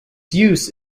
use